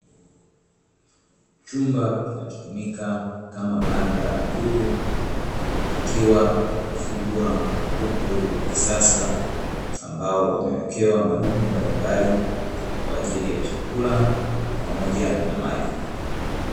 chumba kinachotumika kama banda la kuku, kikiwa kinafugwa kuku wa kisasa ambao wamewekew madumu mbalimbali, kwaajili ya chakula pamoja na maji.